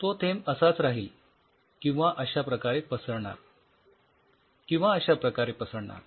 तो थेंब असाच राहील किंवा अश्या प्रकारे पसरणार किंवा अश्या प्रकारे पसरणार